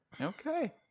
Okay